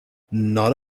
not